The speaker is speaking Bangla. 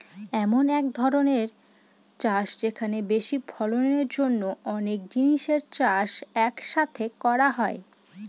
এমন এক ধরনের চাষ যেখানে বেশি ফলনের জন্য অনেক জিনিসের চাষ এক সাথে করা হয়